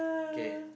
okay